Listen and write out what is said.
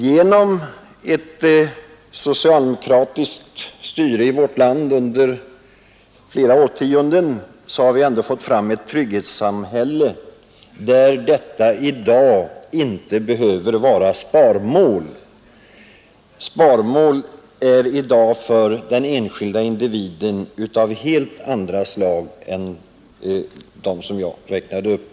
Genom ett socialdemokratiskt styre i vårt land under flera årtionden har vi fått fram ett trygghetssamhälle där sådana ändamål inte behöver vara sparmål. Sparmålen för den enskilde individen är i dag av helt andra slag än dem jag räknade upp.